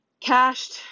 cached